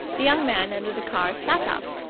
the young man under the car sat up,